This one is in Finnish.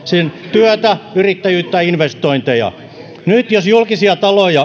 työtä yrittäjyyttä investointeja nyt jos julkisia